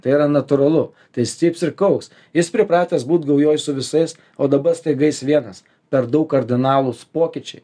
tai yra natūralu tai jis cyps ir kauks jis pripratęs būt gaujoj su visais o dabar staiga jis vienas per daug kardinalūs pokyčiai